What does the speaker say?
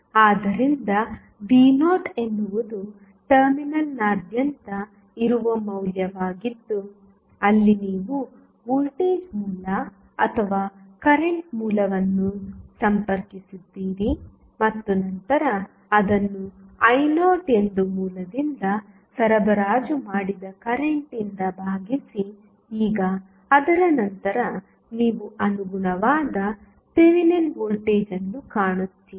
ಆದ್ದರಿಂದ v0 ಎನ್ನುವುದು ಟರ್ಮಿನಲ್ನಾದ್ಯಂತ ಇರುವ ಮೌಲ್ಯವಾಗಿದ್ದು ಅಲ್ಲಿ ನೀವು ವೋಲ್ಟೇಜ್ ಮೂಲ ಅಥವಾ ಕರೆಂಟ್ ಮೂಲವನ್ನು ಸಂಪರ್ಕಿಸಿದ್ದೀರಿ ಮತ್ತು ನಂತರ ಅದನ್ನು i0 ಎಂದು ಮೂಲದಿಂದ ಸರಬರಾಜು ಮಾಡಿದ ಕರೆಂಟ್ ಇಂದ ಭಾಗಿಸಿ ಈಗ ಅದರ ನಂತರ ನೀವು ಅನುಗುಣವಾದ ಥೆವೆನಿನ್ ವೋಲ್ಟೇಜ್ ಅನ್ನು ಕಾಣುತ್ತೀರಿ